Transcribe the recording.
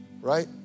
right